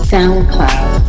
SoundCloud